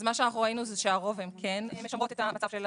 אז מה שאנחנו ראינו זה שהרוב כן משמרות את המצב,